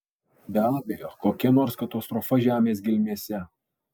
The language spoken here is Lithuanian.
be abejo kokia nors katastrofa žemės gelmėse